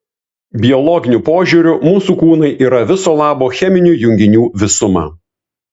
biologiniu požiūriu mūsų kūnai yra viso labo cheminių junginių visuma